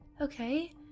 okay